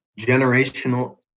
Generational